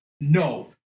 No